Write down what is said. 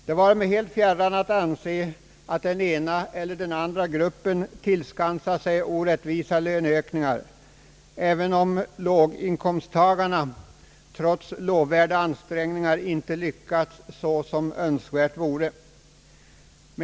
Det vare mig helt fjärran att anse, att den ena eller den andra gruppen tillskansat sig orättvisa löneökningar, även om låginkomsttagarna, trots lovvärda ansträngningar, inte lyckats som önskvärt vore.